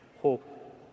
hope